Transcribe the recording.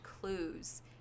clues